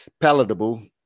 palatable